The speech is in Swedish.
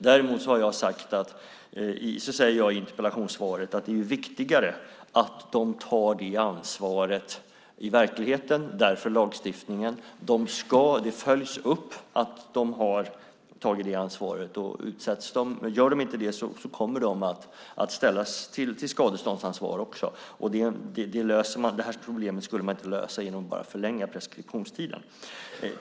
Däremot säger jag i interpellationssvaret att det är viktigare att kommunerna i verkligheten tar det ansvaret - därför lagstiftningen. Det följs upp att de har tagit det ansvaret. Gör de inte det kommer de att ställas till skadeståndsansvar. Det här problemet skulle inte lösas bara genom förlängd preskriptionstid.